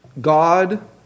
God